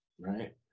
right